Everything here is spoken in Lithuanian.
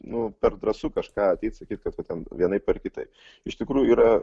nu per drąsu kažką sakyt kad va ten vienaip ar kitaip iš tikrųjų yra